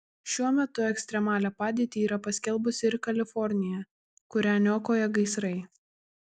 šiuo metu ekstremalią padėtį yra paskelbusi ir kalifornija kurią niokoja gaisrai